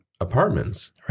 apartments